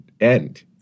end